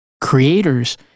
Creators